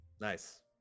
nice